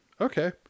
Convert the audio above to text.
okay